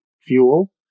Fuel